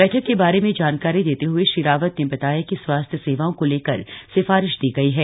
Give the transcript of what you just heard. बैठक के बारे में जानकारी देते हए श्री रावत ने बताया कि स्वास्थ्य सेवाओं को लेकर सिफारिश दी गई है